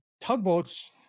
tugboats